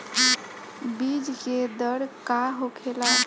बीज के दर का होखेला?